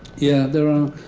yeah, there are.